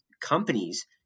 companies